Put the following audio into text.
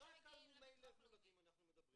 רק על מומי לב מולדים אנחנו מדברים.